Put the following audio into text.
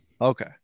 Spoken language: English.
Okay